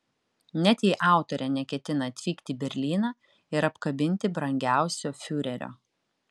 net jei autorė neketina atvykti į berlyną ir apkabinti brangiausio fiurerio